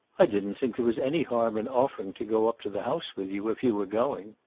i didn't think there was any harm in offering to go up to the house with you if you were going.